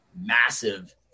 massive